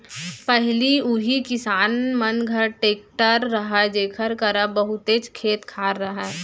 पहिली उही किसान मन घर टेक्टर रहय जेकर करा बहुतेच खेत खार रहय